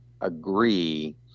agree